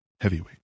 Heavyweight